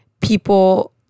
people